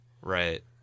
Right